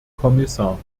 kommissar